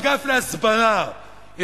האגף להסברה.